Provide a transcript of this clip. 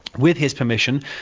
with his permission,